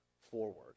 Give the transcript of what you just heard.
forward